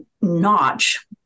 notch